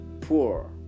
poor